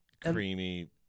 creamy